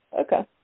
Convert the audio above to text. Okay